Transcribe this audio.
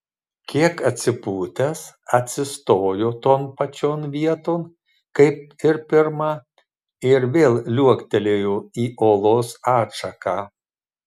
kiek atsipūtęs atsistojo ton pačion vieton kaip ir pirma ir vėl liuoktelėjo į olos atšaką